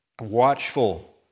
watchful